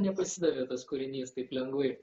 nepasidavė tas kūrinys taip lengvai